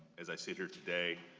as i sit here today,